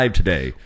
today